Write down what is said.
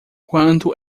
quanto